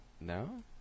No